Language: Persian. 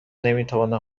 نمیتوانند